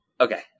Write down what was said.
okay